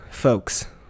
Folks